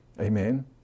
Amen